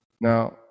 Now